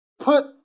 put